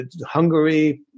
Hungary